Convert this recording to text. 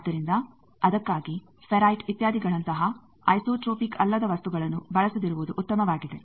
ಆದ್ದರಿಂದ ಅದಕ್ಕಾಗಿ ಫೆರೈಟ್ ಇತ್ಯಾದಿಗಳಂತಹ ಐಸೋಟ್ರೋಪಿಕ್ ಅಲ್ಲದ ವಸ್ತುಗಳನ್ನು ಬಳಸದಿರುವುದು ಉತ್ತಮವಾಗಿದೆ